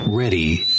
Ready